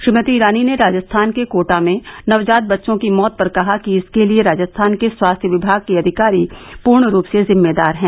श्रीमती ईरानी ने राजस्थान के कोटा में नवजात बच्चों की मौत पर कहा कि इसके लिए राजस्थान के स्वास्थ्य विभाग के अधिकारी पूर्ण रूप से जिम्मेदार हैं